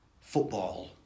football